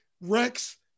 Rex